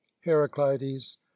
Heraclides